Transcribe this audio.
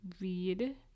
read